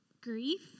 grief